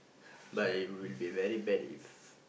but it will be very bad if